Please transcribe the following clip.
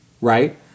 right